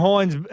Hines